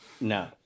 no